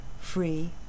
free